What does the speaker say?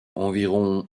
environ